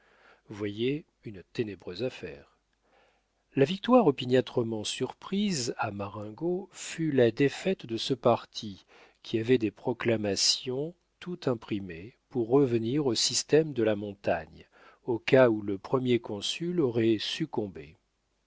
voyez une ténébreuse affaire la victoire opiniâtrement surprise à marengo fut la défaite de ce parti qui avait des proclamations tout imprimées pour revenir au système de la montagne au cas où le premier consul aurait succombé